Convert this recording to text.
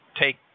take